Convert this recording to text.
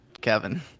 kevin